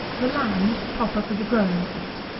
the land proper for the growing of wheat.